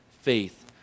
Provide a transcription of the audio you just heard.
faith